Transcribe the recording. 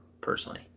personally